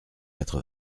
quatre